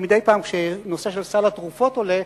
מדי פעם כשנושא של סל התרופות עולה,